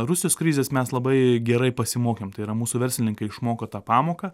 rusijos krizės mes labai gerai pasimokėm tai yra mūsų verslininkai išmoko tą pamoką